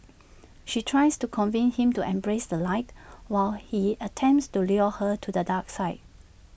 she tries to convince him to embrace the light while he attempts to lure her to the dark side